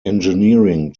engineering